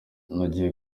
nagiye